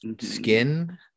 skin